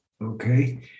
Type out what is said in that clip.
okay